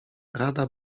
rada